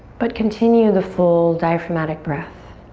but continue the full diaphragmatic breath.